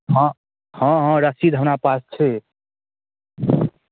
हँ हँ हँ रसीद हमरा पास छै